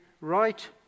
right